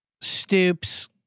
Stoops